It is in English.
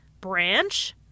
branch